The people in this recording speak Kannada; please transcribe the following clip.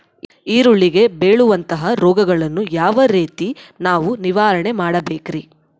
ಈರುಳ್ಳಿಗೆ ಬೇಳುವಂತಹ ರೋಗಗಳನ್ನು ಯಾವ ರೇತಿ ನಾವು ನಿವಾರಣೆ ಮಾಡಬೇಕ್ರಿ?